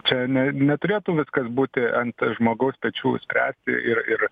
čia ne neturėtų viskas būti ant žmogaus pečių spręsti ir ir